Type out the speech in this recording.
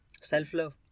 Self-love